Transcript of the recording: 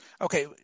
Okay